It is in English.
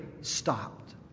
stopped